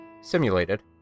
Simulated